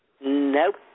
Nope